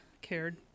cared